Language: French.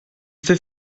fait